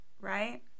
right